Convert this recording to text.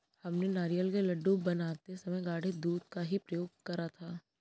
हमने नारियल के लड्डू बनाते समय गाढ़े दूध का ही प्रयोग करा था